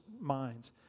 minds